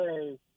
hey